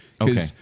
Okay